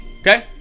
Okay